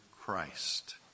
Christ